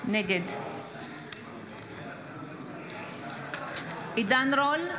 נגד עידן רול,